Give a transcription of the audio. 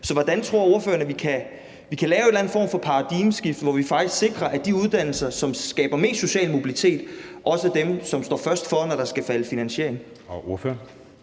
Så hvordan tror ordføreren at vi kan lave en eller anden form for paradigmeskifte, hvor vi faktisk sikrer, at de uddannelser, som skaber mest social mobilitet, også er dem, som står først for, når der skal falde finansiering? Kl. 13:48 Anden